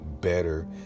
better